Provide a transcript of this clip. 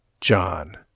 John